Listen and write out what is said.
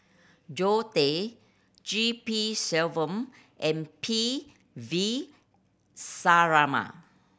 Zoe Tay G P Selvam and P V Sharma